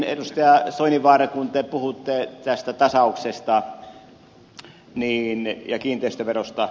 edustaja soininvaara kun te puhutte tästä tasauksesta ja kiinteistöverosta